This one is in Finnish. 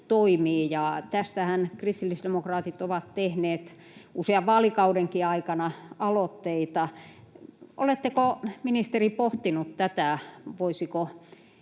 toimii. Tästähän kristillisdemokraatit ovat tehneet usean vaalikauden aikana aloitteita. Oletteko, ministeri, pohtinut tätä: